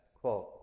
quote